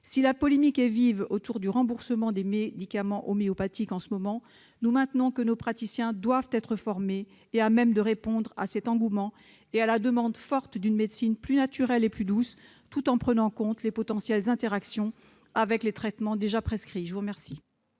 Si la polémique est vive autour du remboursement des médicaments homéopathiques en ce moment, nous maintenons que nos praticiens doivent être formés et à même de répondre à cet engouement et à la demande forte d'une médecine plus naturelle et plus douce, tout en prenant en compte les potentielles interactions avec les traitements déjà prescrits. La parole